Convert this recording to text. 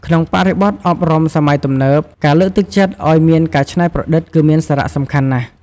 ក្នុងបរិបទអប់រំសម័យទំនើប ការលើកទឹកចិត្តឱ្យមានការច្នៃប្រឌិតគឺមានសារៈសំខាន់ណាស់។